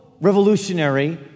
revolutionary